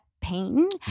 pain